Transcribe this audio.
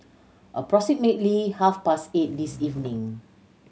approximately half past eight this evening